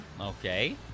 Okay